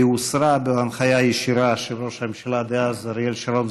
והיא הוסרה בהנחיה ישירה של ראש הממשלה דאז אריאל שרון,